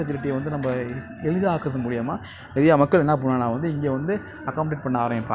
கவுர்மண்டும் fund தருது அந்த fund வந்து ரொம்ப கம்மியான அளவில் இருக்கிறதால வந்து